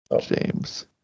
James